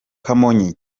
kamonyi